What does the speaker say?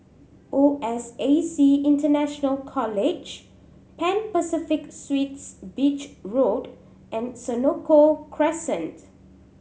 O S A C International College Pan Pacific Suites Beach Road and Senoko Crescent